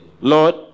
Lord